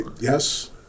Yes